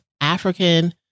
African